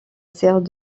sert